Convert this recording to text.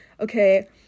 okay